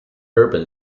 urban